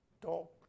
Talk